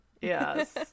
Yes